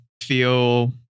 feel